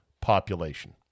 population